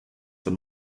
than